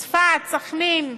צפת, סח'נין,